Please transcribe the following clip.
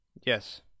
Yes